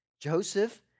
Joseph